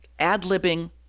Ad-libbing